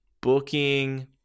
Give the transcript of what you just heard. booking